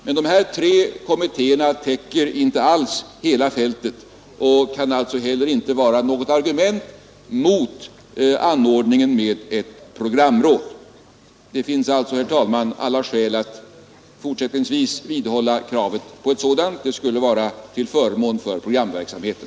Men de här tre kommittéerna täcker inte alls hela fältet och kan alltså inte heller vara något argument mot anordningen med ett programråd. Det finns alltså, herr talman, skäl att fortsättningsvis vidhålla kravet på ett sådant. Det skulle vara till förmån för programverksamheten.